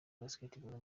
basketball